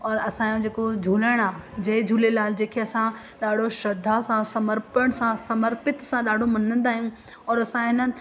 और असांजो जेको झूलण आहे जय झूलेलाल जेके असां ॾाढो श्रद्धा सां समर्पण सां समर्पित सां ॾाढो मञंदा आहियूं और असां इन्हनि